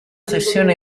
sessione